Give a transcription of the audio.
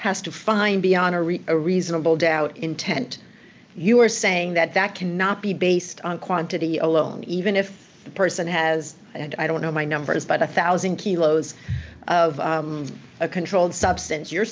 has to find beyond our reach a reasonable doubt intent you are saying that that cannot be based on quantity alone even if the person has and i don't know my numbers but a one thousand kilos of a controlled substance you're